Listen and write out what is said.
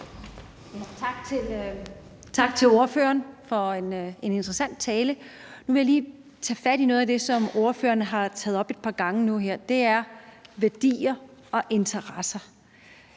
Tak til ordføreren for en interessant tale. Nu vil jeg lige tage fat i noget af det, som ordføreren har taget op et par gange nu her, og det er værdier og interesser.